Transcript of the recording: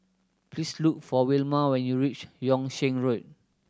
please look for Wilma when you reach Yung Sheng Road